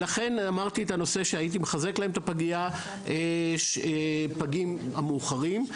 לכן אמרתי שהייתי מחזק להם, לפגים המאוחרים,